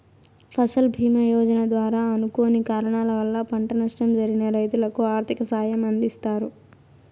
ఫసల్ భీమ యోజన ద్వారా అనుకోని కారణాల వల్ల పంట నష్టం జరిగిన రైతులకు ఆర్థిక సాయం అందిస్తారు